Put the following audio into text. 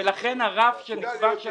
--- ולכן הרף שנקבע של